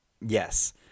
Yes